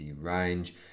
range